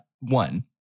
one